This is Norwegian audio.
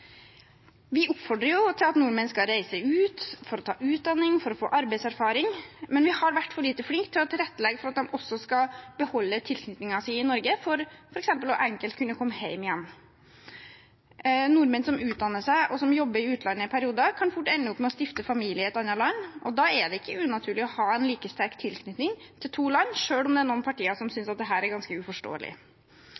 Vi oppfordrer jo til at nordmenn skal reise ut for å ta utdanning og for å få arbeidserfaring, men vi har vært for lite flinke til å tilrettelegge for at de også skal beholde tilknytningen til Norge for f.eks. enkelt å kunne komme hjem igjen. Nordmenn som utdanner seg, og som jobber i utlandet i perioder, kan fort ende opp med å stifte familie i et annet land, og da er det ikke unaturlig å ha en like sterk tilknytning til to land, selv om det er noen partier som